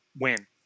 win